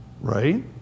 right